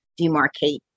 demarcate